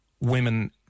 women